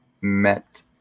met